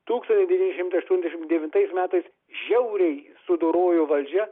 tūkstantis devyni šimtai aštuondešim devintais metais žiauriai sudorojo valdžia